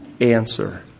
answer